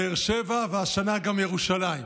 באר שבע והשנה גם ירושלים?